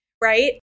Right